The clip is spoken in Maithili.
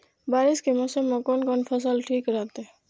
बारिश के मौसम में कोन कोन फसल ठीक रहते?